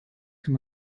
kann